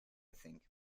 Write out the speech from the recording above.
think